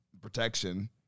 protection